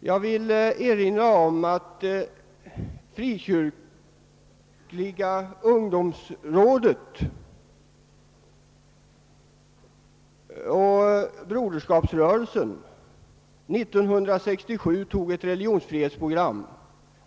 Jag vill erinra om att både Frikyrkliga ungdomsrådet och Broderskapsrörelsen 1967 antog var sitt religionsfrihetsprogram,